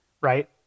Right